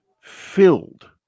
filled